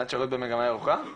שנת שירות במגמה ירוקה?